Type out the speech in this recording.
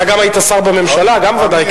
אתה גם היית שר בממשלה, ודאי קיבלת.